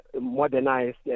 modernized